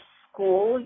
school